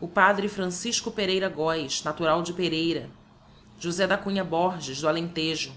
o padre francisco pereira goes natural de pereira josé da cunha borges do alemtejo